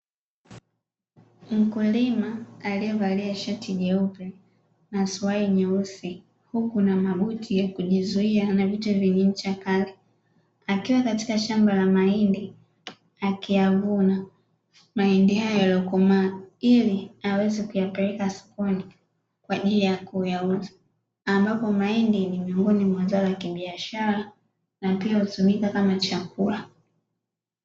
Mkulima aliyavalia shati jeupe na suruali nyeusi huku na mabuti za kujizuia na vitu vyenye ncha kali, akiwa katika shamba la mahindi akiyavuna mahindi hayo yaliyokomaa ili aweze kuyapeleka sokoni kwa ajili ya kuyauza, ambapo mahindi ni miongoni mwa zao la kibiashara na pia hutumika kama chakula.